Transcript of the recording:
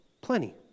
plenty